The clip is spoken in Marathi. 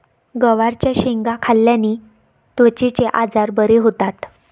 गवारच्या शेंगा खाल्ल्याने त्वचेचे आजार बरे होतात